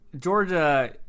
Georgia